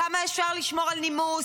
כמה אפשר לשמור על נימוס?